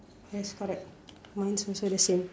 yes correct mine's also the same